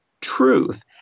truth